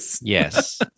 Yes